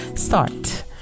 start